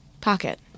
pocket